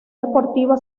deportiva